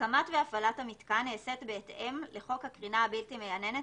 הקמת והפעלת המיתקן נעשית בהתאם לחוק הקרינה הבלתי מייננת,